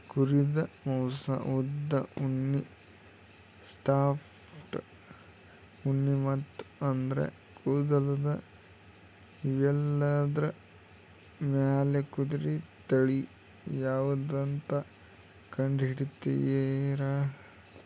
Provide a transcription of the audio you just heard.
ಕುರಿದ್ ಮಾಂಸಾ ಉದ್ದ್ ಉಣ್ಣಿ ಸಾಫ್ಟ್ ಉಣ್ಣಿ ಮತ್ತ್ ಆದ್ರ ಕೂದಲ್ ಇವೆಲ್ಲಾದ್ರ್ ಮ್ಯಾಲ್ ಕುರಿ ತಳಿ ಯಾವದಂತ್ ಕಂಡಹಿಡಿತರ್